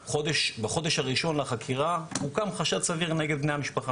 בחודש הראשון לחקירה הוקם חשד סביר נגד בני המשפחה,